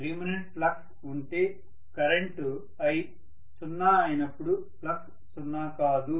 remanent flux ఉంటే current i సున్నా అయినప్పుడు ఫ్లక్స్ సున్నా కాదు